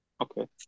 Okay